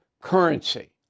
currency